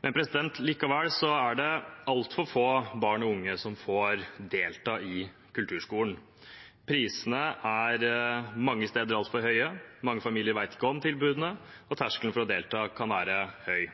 er det altfor få barn og unge som får delta i kulturskolen. Prisene er mange steder altfor høye, mange familier vet ikke om tilbudene, og terskelen for å delta kan være høy.